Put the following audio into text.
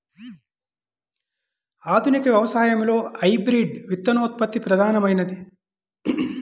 ఆధునిక వ్యవసాయంలో హైబ్రిడ్ విత్తనోత్పత్తి ప్రధానమైనది